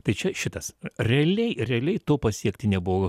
tai čia šitas realiai realiai to pasiekti nebuvo